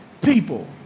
people